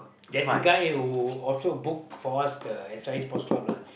there's this guy who also book for us the S I sports club lah